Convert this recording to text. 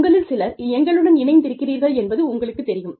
உங்களில் சிலர் எங்களுடன் இணைந்திருக்கிறீர்கள் என்பது உங்களுக்குத் தெரியும்